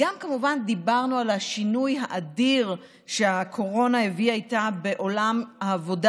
כמובן גם דיברנו על השינוי האדיר שהקורונה הביאה איתה לעולם העבודה